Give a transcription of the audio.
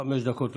חמש דקות לרשותך.